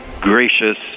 Gracious